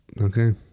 okay